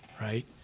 Right